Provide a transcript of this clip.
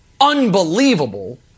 unbelievable